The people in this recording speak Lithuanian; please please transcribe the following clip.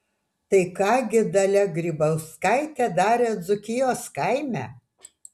tai ką gi dalia grybauskaitė darė dzūkijos kaime